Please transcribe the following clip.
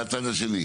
מהצד השני.